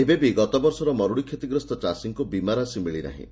ଏବେ ବି ଗତବର୍ଷର ମରୁଡ଼ିଷତିଗ୍ରସ୍ତ ଚାଷୀଙ୍କୁ ବୀମାରାଶି ମିଳିନାହିଁ